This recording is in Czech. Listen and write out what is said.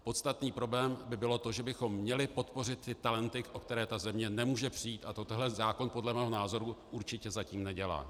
Podstatný problém by bylo to, že bychom měli podpořit talenty, o které země nemůže přijít, a to tento zákon, podle mého názoru, určitě zatím nedělá.